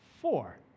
Four